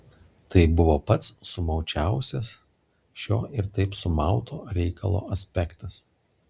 tai buvo pats sumaučiausias šio ir taip sumauto reikalo aspektas